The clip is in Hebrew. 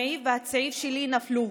המעיל והצעיף שלי נפלו,